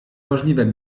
możliwe